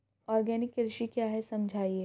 Organic कृषि क्या है समझाइए?